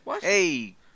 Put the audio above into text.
Hey